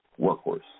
workhorse